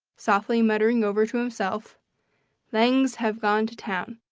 softly muttering over to himself langs have gone to town.